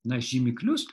na žymiklius